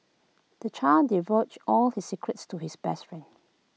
the child divulged all his secrets to his best friend